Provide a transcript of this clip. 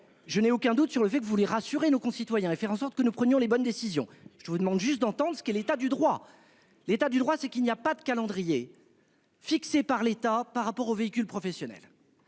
Je n'ai aucun doute sur le fait que vous voulez rassurer nos concitoyens et faire en sorte que nous prenions les bonnes décisions. Je vous demande juste d'entendre ce qu'est l'état du droit, l'état du droit, c'est qu'il n'y a pas de calendrier. Fixé par l'État par rapport aux véhicules professionnels.